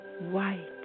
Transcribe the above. white